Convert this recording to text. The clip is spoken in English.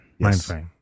Mindframe